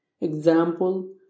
Example